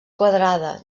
quadrada